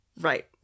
Right